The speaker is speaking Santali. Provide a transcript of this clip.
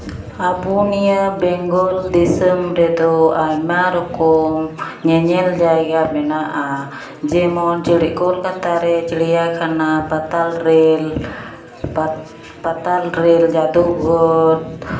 ᱟᱵᱚ ᱱᱤᱭᱟᱹ ᱵᱮᱝᱜᱚᱞ ᱫᱤᱥᱚᱢ ᱨᱮᱫᱚ ᱟᱭᱢᱟ ᱨᱚᱠᱚᱢ ᱧᱮᱧᱮᱞ ᱡᱟᱭᱜᱟ ᱢᱮᱱᱟᱜᱼᱟ ᱡᱮᱢᱚᱱ ᱠᱳᱞᱠᱟᱛᱟ ᱨᱮ ᱪᱤᱲᱭᱟᱠᱷᱟᱱᱟ ᱯᱟᱛᱟᱞ ᱨᱮᱹᱞ ᱯᱟᱛᱟᱞ ᱨᱮᱹᱞ ᱡᱟᱹᱫᱩ ᱜᱷᱚᱨ